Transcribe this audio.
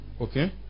Okay